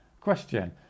question